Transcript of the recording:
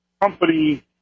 company